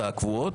הקבועות.